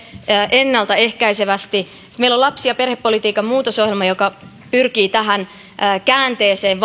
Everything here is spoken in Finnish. ennaltaehkäisevästi meillä on lapsi ja perhepolitiikan muutosohjelma joka pyrkii tähän varhaisen tuen käänteeseen